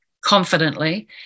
confidently